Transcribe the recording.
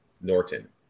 Norton